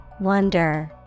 Wonder